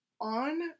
on